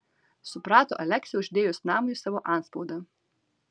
suprato aleksę uždėjus namui savo antspaudą